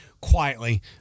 quietly